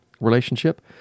relationship